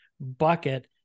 bucket